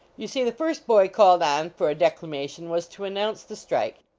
you see, the first boy called on for a declamation was to announce the strike,